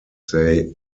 they